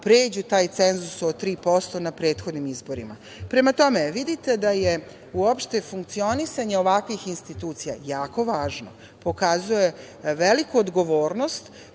pređu taj cenzus od 3% na prethodnim izborima. Prema tome, vidite da je uopšte funkcionisanje ovakvih institucija jako važno, pokazuje veliku odgovornost